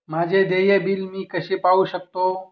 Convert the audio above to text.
माझे देय बिल मी कसे पाहू शकतो?